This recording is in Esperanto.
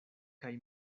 kaj